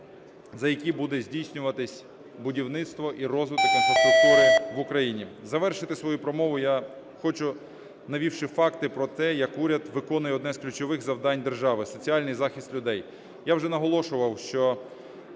за які буде здійснюватись будівництво і розвиток інфраструктури в Україні. Завершити свою промову я хочу, навівши факти про те, як уряд виконує одне з ключових завдань держави – соціальний захист людей. Я вже наголошував, що